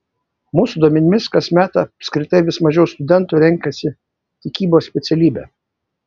mūsų duomenimis kasmet apskritai vis mažiau studentų renkasi tikybos specialybę